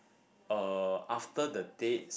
uh after the dates